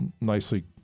nicely